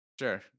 Sure